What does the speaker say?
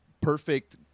perfect